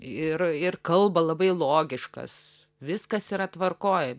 ir ir kalba labai logiškas viskas yra tvarkoj